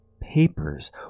papers